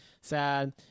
sad